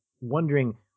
wondering